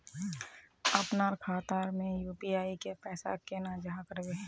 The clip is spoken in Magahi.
अपना खाता में यू.पी.आई के पैसा केना जाहा करबे?